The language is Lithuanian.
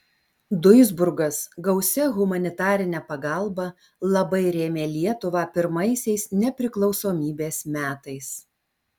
duisburgas gausia humanitarine pagalba labai rėmė lietuvą pirmaisiais nepriklausomybės metais